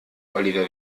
oliver